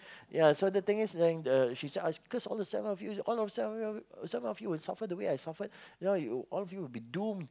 ya so the thing is like the she said I cursed of the seven of you all the seven of you will suffer the way I suffered you know all of you will be doomed